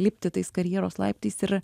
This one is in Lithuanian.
lipti tais karjeros laiptais ir